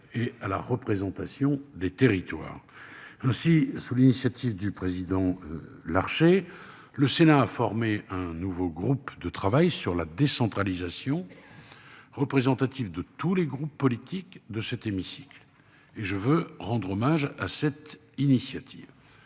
et à la représentation des territoires ainsi souligné initiative du président Larché, le Sénat a formé un nouveau groupe de travail sur la décentralisation. Représentatif de tous les groupes politiques de cet hémicycle et je veux rendre hommage à cette initiative.